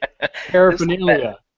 paraphernalia